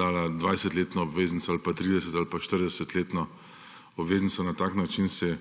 dala 20-letno obveznico, ali pa 30-letno, ali pa 40-letno obveznico. Na tak način se